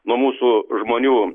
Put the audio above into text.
nuo mūsų žmonių